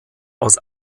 aus